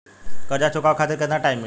कर्जा चुकावे खातिर केतना टाइम मिली?